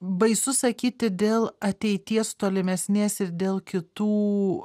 baisu sakyti dėl ateities tolimesnės ir dėl kitų